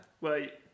Wait